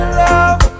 love